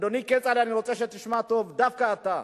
אדוני כצל'ה, אני רוצה שתשמע טוב, דווקא אתה.